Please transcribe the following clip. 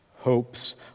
hopes